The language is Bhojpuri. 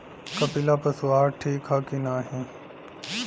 कपिला पशु आहार ठीक ह कि नाही?